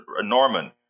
Norman